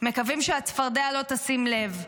מקווים שהצפרדע לא תשים לב,